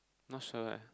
not sure leh